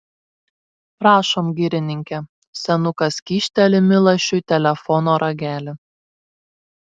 prašom girininke senukas kyšteli milašiui telefono ragelį